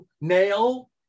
nail